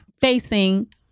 facing